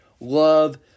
love